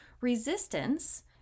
Resistance